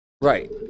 right